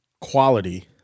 quality